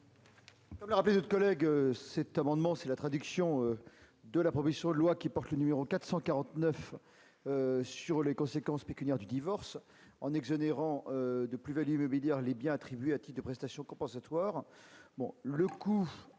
de la commission. Collègues c'est amendement c'est la traduction de la proposition de loi qui porte le numéro 449 sur les conséquences pécuniaires du divorce en exonérant de plus-Value immobilière les biens attribués à type de prestation compensatoire bon le coup